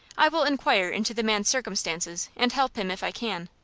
i will inquire into the man's circumstances, and help him if i can.